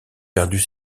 perdu